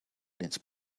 needs